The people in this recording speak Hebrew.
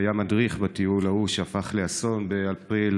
שהיה מדריך בטיול ההוא שהפך לאסון באפריל